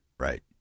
right